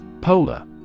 Polar